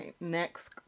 next